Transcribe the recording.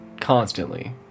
constantly